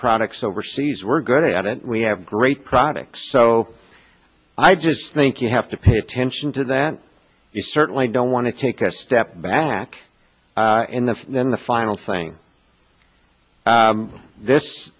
products overseas we're good at it we have great products so i just think you have to pay attention to that you certainly don't want to take a step back in the then the final thing this